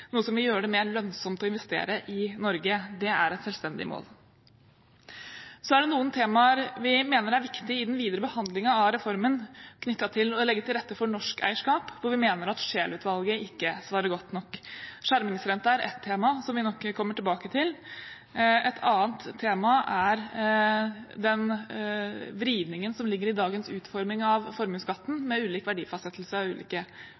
noe som vil gjøre det mer lønnsomt å investere i Norge. Det er et selvstendig mål. Så er det noen temaer vi mener er viktige i den videre behandlingen av reformen, knyttet til å legge til rette for norsk eierskap, som vi mener at Scheel-utvalget ikke svarer godt nok på. Skjermingsrenten er ett tema, som vi nok kommer tilbake til. Et annet tema er den vridningen som ligger i dagens utforming av formuesskatten, med ulik verdifastsettelse av ulike